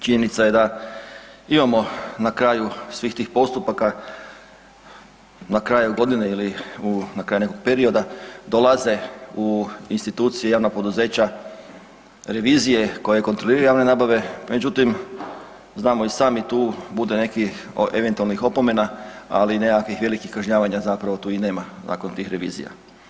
Činjenica je da imamo na kraju svih tih postupaka, na kraju godine ili na kraju nekog perioda dolaze u institucije, javna poduzeća revizije koje kontroliraju javne nabave, međutim znamo i sami tu bude nekih eventualnih opomena, ali nekakvih velikih kažnjavanja tu i nema nakon tih revizija.